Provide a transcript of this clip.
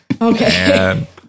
Okay